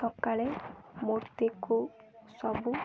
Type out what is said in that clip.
ସକାଳେ ମୂର୍ତ୍ତିକୁ ସବୁ